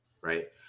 right